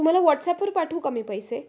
तुम्हाला व्हॉट्सॲपवर पाठवू का मी पैसे